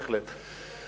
בהחלט.